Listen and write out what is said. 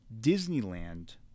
Disneyland